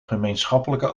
gemeenschappelijke